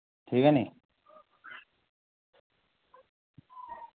ठीक ऐ नी